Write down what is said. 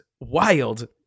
wild